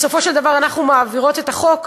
בסופו של דבר אנחנו מעבירות את החוק,